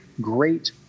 great